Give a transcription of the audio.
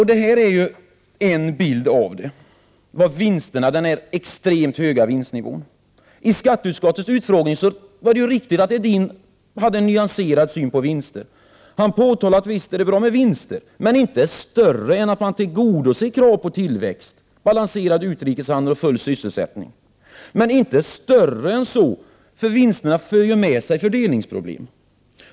Det här är en bild av den extremt höga vinstnivån. I skatteutskottets utfrågning kring vinstskatten hade LO:s Edin en nyanserad syn på vinster. Han anförde att det visserligen är bra med vinster, men att de inte skall vara större än att man kan tillgodose kraven på tillväxt, balanserad utrikeshandel och full sysselsättning. Vinsterna skall dock inte 119 vara större än så, eftersom de för med sig fördelningsproblem.